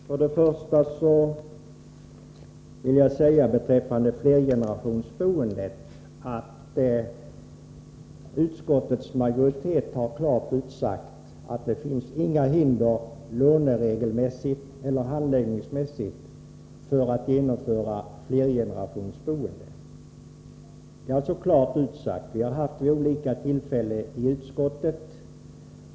Fru talman! För det första vill jag beträffande flergenerationsboendet säga att utskottets majoritet klart har utsagt att det inte finns några hinder låneregelmässigt eller handläggningsmässigt för att genomföra flergenerationsboende. Det är alltså klart utsagt. Vi har haft frågan uppe vid olika tillfällen i utskottet.